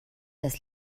des